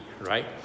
right